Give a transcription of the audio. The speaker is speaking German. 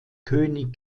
könig